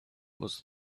was